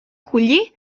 collir